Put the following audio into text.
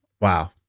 Wow